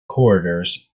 corridors